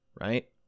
right